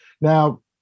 Now